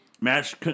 Match